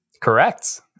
Correct